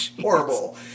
Horrible